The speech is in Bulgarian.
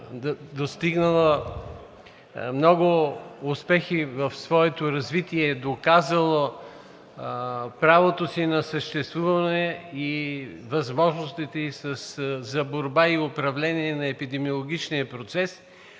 достигнала много успехи в своето развитие и е доказала правото си на съществуване и възможностите си за борба и управление на епидемиологичния процес